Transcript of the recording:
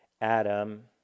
Adam